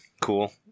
Cool